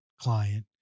client